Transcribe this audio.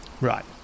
Right